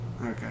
Okay